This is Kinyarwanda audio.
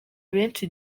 benshi